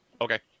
Okay